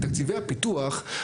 בתקציבי הפיתוח,